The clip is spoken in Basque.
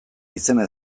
izena